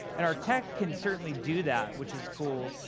and our tech can certainly do that, which is cool.